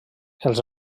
els